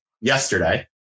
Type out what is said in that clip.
yesterday